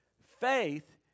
Faith